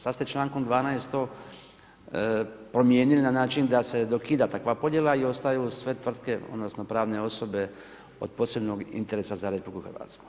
Sada ste člankom 12. to promijenili na način da se dokida takva podjela i ostaju sve tvrtke, odnosno pravne osobe od posebnog interesa za RH.